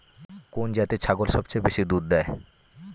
কোন জাতের ছাগল সবচেয়ে বেশি দুধ দেয়?